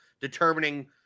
determining